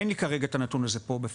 אין לי כרגע את הנתון הזה בפניי.